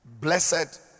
Blessed